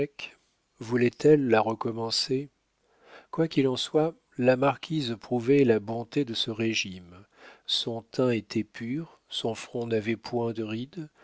voulait-elle la recommencer quoi qu'il en soit la marquise prouvait la bonté de ce régime son teint était pur son front n'avait point de rides